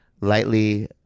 lightly